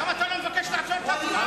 למה אתה לא מבקש להפסיק את ההצבעה?